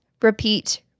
repeat